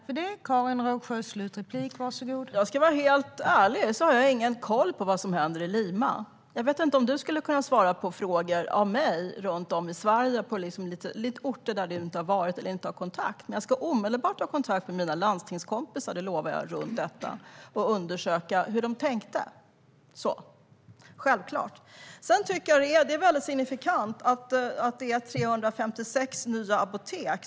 Fru talman! Jag ska vara helt ärlig: Jag har ingen koll på vad som händer i Lima. Jag vet inte om du skulle kunna svara på frågor från mig som rör orter runt om i Sverige, där du inte har varit eller där du inte har kontakter, Anders. Jag lovar dock att jag omedelbart ska ta kontakt med mina landstingskompisar angående det här och undersöka hur de tänkte. Det är självklart. Jag tycker att det är väldigt signifikant att det har tillkommit 356 nya apotek.